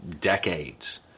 decades